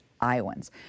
Iowans